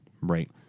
Right